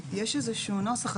יש איזשהו נוסח,